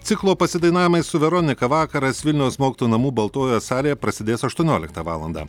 ciklo pasidainavimai su veronika vakaras vilniaus mokytojų namų baltojoje salėje prasidės aštuonioliktą valandą